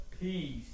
Peace